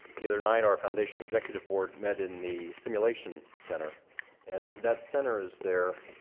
the other night our foundation executive board met in the simulation center and that center is there